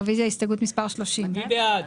רוויזיה על הסתייגות מס' 65. מי בעד,